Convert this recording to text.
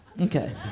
Okay